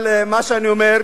אבל מה שאני אומר: